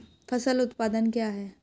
फसल उत्पादन क्या है?